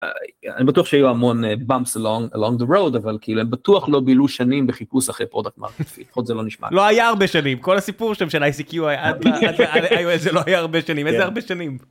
אני בטוח שיהיו המון bumps along the road אבל אבל כאילו בטוח לא בילו שנים בחיפוש אחרי פרודקט מרקפי לפחות זה לא נשמע ככה... לא היה הרבה שנים כל הסיפור שם של אייסיקיו היה, היו איזה, לא היה הרבה שנים! איזה הרבה שנים?!